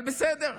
אבל בסדר,